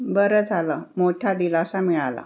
बरं झालं मोठा दिलासा मिळाला